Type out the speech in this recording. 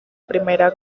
primera